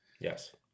Yes